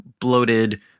bloated